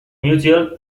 mutual